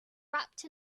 wrapped